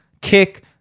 kick